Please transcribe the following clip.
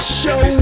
show